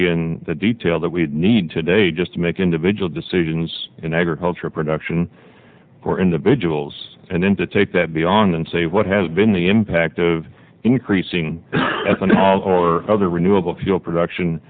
in the detail that we need today just to make individual decisions in agricultural production for individuals and then to take that beyond and say what has been the impact of increasing or other renewable fuel production